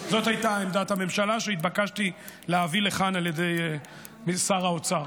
זאת הייתה עמדת הממשלה שהתבקשתי להביא לכאן על ידי שר האוצר.